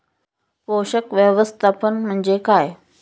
पोषक व्यवस्थापन म्हणजे काय?